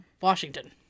Washington